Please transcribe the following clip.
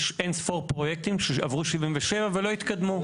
יש אין ספור פרויקטים שעברו 77 ולא התקדמו,